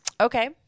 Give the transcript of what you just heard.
Okay